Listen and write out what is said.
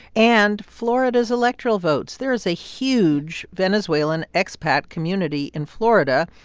and florida's electoral votes there is a huge venezuelan expat community in florida.